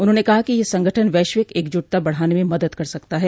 उन्होंने कहा कि यह संगठन वैश्विक एकजुटता बढ़ाने में मदद कर सकता है